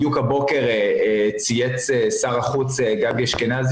בדיוק הבוקר צייץ שר החוץ גבי אשכנזי